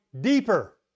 deeper